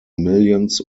millions